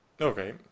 okay